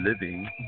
living